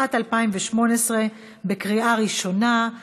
התשע"ט 2018, בקריאה ראשונה.